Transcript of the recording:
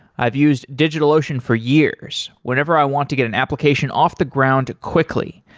i've used digitalocean for years, whenever i want to get an application off the ground quickly.